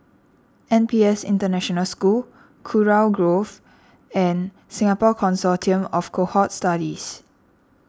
N P S International School Kurau Grove and Singapore Consortium of Cohort Studies